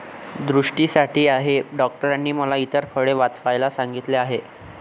दृष्टीसाठी आहे डॉक्टरांनी मला इतर फळे वाचवायला सांगितले आहे